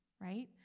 right